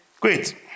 Great